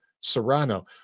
Serrano